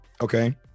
Okay